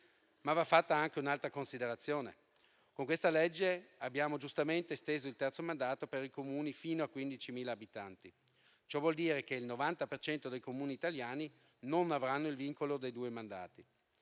fatta però anche un'altra considerazione; con questa legge abbiamo giustamente esteso il terzo mandato per i Comuni fino a 15.000 abitanti. Ciò vuol dire che il 90 per cento dei Comuni italiani non avranno il vincolo dei due mandati.